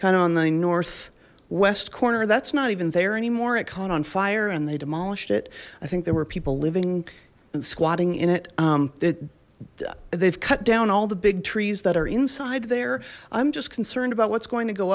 kind of on the north west corner that's not even there anymore it caught on fire and they demolished it i think there were people living and squatting in it they they've cut down all the big trees that are inside there i'm just concerned about what's going to go